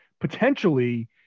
potentially –